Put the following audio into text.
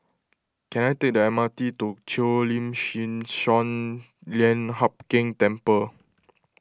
can I take the M R T to Cheo Lim Chin Sun Lian Hup Keng Temple